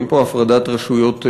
אין פה הפרדת רשויות מלאה,